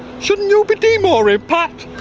shouldn't you be de-mooring, pat?